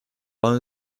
loan